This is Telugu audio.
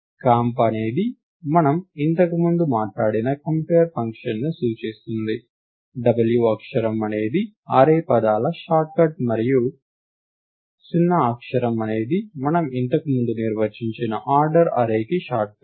కాంప్ అనేది మనం ఇంతకు ముందు మాట్లాడిన కంపేర్ ఫంక్షన్ ని సూచిస్తుంది w అక్షరం అనేది అర్రే పదాల షార్ట్కట్ మరియు o అక్షరం అనేది మనం ఇంతకు ముందు నిర్వచించిన ఆర్డర్ అర్రే కి షార్ట్కట్